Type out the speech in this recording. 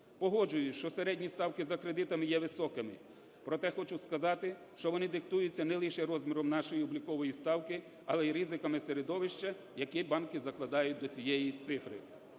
Погоджуюсь, що середні ставки за кредитами є високими. Проте хочу сказати, що вони диктуються не лише розміром нашої облікової ставки, але й ризиками середовища, яке банки закладають до цієї цифри.